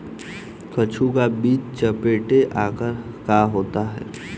कद्दू का बीज चपटे आकार का होता है